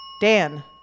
Dan